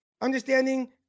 understanding